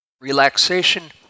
Relaxation